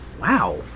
Wow